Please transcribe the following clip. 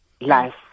life